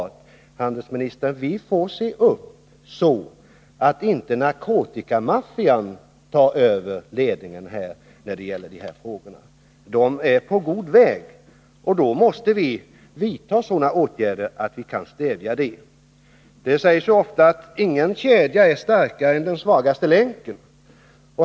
Men, herr handelsminister, vi får se upp, så att inte narkotikamaffian tar över ledningen när det gäller de här frågorna. Den är på god väg, och då måste vi vidta sådana åtgärder att vi kan stävja det. Det sägs ofta att ingen kedja är starkare än sin svagaste länk.